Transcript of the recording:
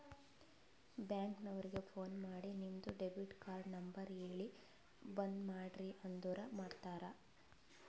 bank ನವರಿಗ phone ಮಾಡಿ ನಿಮ್ದು ಡೆಬಿಟ್ ಕಾರ್ಡ್ ನಂಬರ್ ಹೇಳಿ ಬಂದ್ ಮಾಡ್ರಿ ಅಂದುರ್ ಮಾಡ್ತಾರ